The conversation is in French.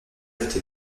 était